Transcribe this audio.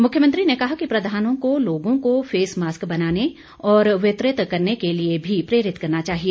मुख्यमंत्री ने कहा कि प्रधानों को लोगों को फेस मास्क बनाने और वितरित करने के लिए भी प्रेरित करना चाहिए